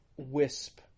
wisp